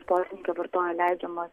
sportininkė vartojo leidžiamas